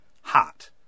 hot